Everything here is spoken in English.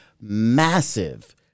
massive